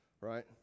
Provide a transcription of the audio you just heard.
right